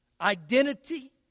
identity